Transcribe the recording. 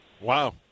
Wow